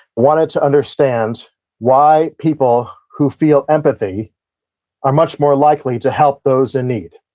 wanted to understand why people who feel empathy are much more likely to help those in need.